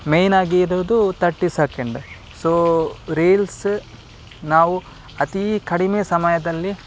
main ಆಗಿ ಇರೋದು thirty second so reels ನಾವು ಅತಿ ಕಡಿಮೆ ಸಮಯದಲ್ಲಿ